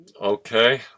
okay